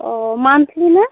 অ মান্থলিনে